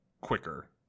quicker